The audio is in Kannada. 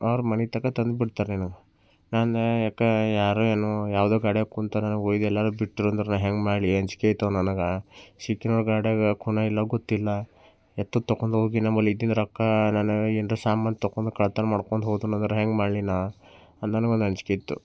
ಅವರ ಮನೆ ತನಕ ತಂದು ಬಿಡ್ತಾರೆ ನಿನಗೆ ನಾನು ಯಾಕೆ ಯಾರೋ ಏನೋ ಯಾವುದೊ ಗಾಡಿಯಾಗ ಕೂತಾನ ಒಯ್ದು ಎಲ್ಲ ಬಿಟ್ರೆ ಅಂದರೆ ನಾನು ಹೆಂಗೆ ಮಾಡಲಿ ಅಂಜಿಕೆ ಆಯ್ತವ ನಂಗೆ ಸಿಕ್ಕಿರೋ ಗಾಡಿಯಾಗ ಕುನ ಇಲ್ಲ ಗೊತ್ತಿಲ್ಲ ಎತ್ತ ತಗೊಂಡು ಹೋಗಿ ನಮ್ಮಲ್ಲಿ ಇಟ್ಟಿದ್ದು ರೊಕ್ಕ ನನ್ನ ಏನ್ದ್ರು ಸಾಮಾನು ತಗೊಂಡು ಕಳ್ಳತನ ಮಾಡಿಕೊಂಡು ಹೋದೆನೆಂದ್ರೆ ಹೆಂಗೆ ಮಾಡಲಿ ನಾನು ನನಗೊಂದು ಅಂಜಿಕೆ ಇತ್ತು